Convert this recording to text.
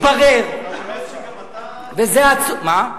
מתברר, אתה רומז שגם אתה, מה?